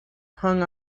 hung